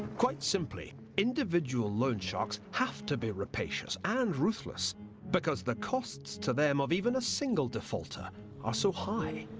quite simply, individual loan sharks have to be rapacious and ruthless because the costs to them of even a single defaulter are so high.